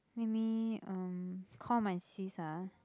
let me um call my sis ah